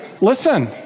Listen